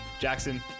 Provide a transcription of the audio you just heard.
Jackson